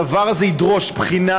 הדבר הזה ידרוש בחינה